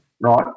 Right